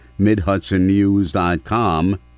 MidHudsonNews.com